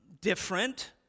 different